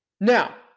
Now